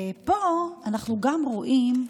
פה אנחנו גם רואים,